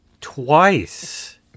Twice